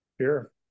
Sure